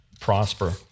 prosper